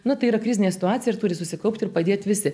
nu tai yra krizinė situacija ir turi susikaupt ir padėt visi